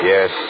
Yes